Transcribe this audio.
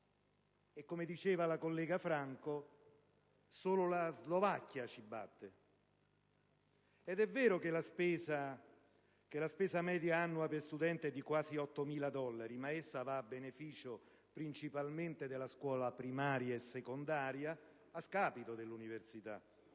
come diceva la collega Vittoria Franco, solo la Slovacchia ci batte. È poi vero che la spesa media annua per studente è di quasi 8.000 dollari, ma essa va principalmente a beneficio della scuola primaria e secondaria, a scapito dell'università: